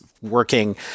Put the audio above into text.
working